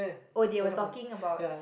oh they were talking about